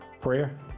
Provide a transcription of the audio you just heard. prayer